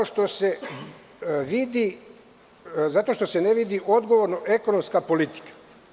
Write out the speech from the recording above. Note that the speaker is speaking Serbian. Dalje – zato što se ne vidi odgovorno ekonomska politika.